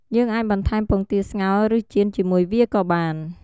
យើងអាចបន្ថែមពងទាស្ងោរ ឬចៀនជាមួយវាក៏បាន។